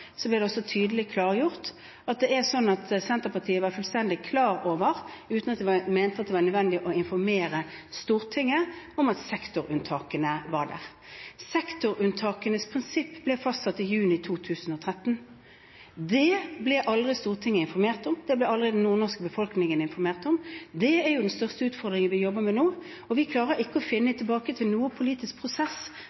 ble tydelig klargjort – at Senterpartiet var fullstendig klar over at sektorunntakene var der, uten at man mente at det var nødvendig å informere Stortinget om det. Sektorunntakenes prinsipp ble fastsatt i juni 2013. Det ble aldri Stortinget informert om. Det ble heller aldri den nordnorske befolkningen informert om. Det er den største utfordringen vi jobber med nå. Og vi klarer ikke å finne